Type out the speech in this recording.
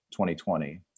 2020